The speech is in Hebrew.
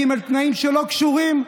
ג' תנאים שלא קשורים,